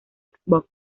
xbox